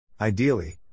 Ideally